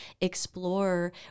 explore